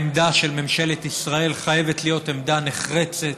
העמדה של ממשלת ישראל חייבת להיות עמדה נחרצת: